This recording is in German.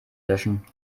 löschen